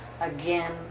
again